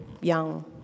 young